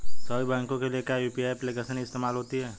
सभी बैंकों के लिए क्या यू.पी.आई एप्लिकेशन ही इस्तेमाल होती है?